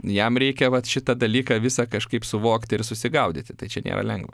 jam reikia vat šitą dalyką visa kažkaip suvokti ir susigaudyti tai čia nėra lengva